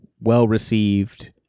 well-received